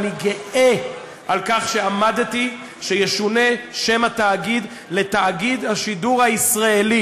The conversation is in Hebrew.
אני גאה על כך שעמדתי שישונה שם התאגיד לתאגיד השידור הישראלי,